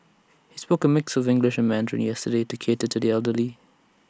he spoke in A mix of English and Mandarin yesterday to cater to the elderly